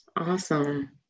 Awesome